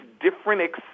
different